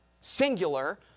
singular